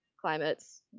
climates